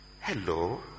Hello